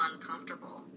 uncomfortable